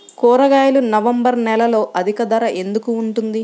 కూరగాయలు నవంబర్ నెలలో అధిక ధర ఎందుకు ఉంటుంది?